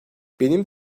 benim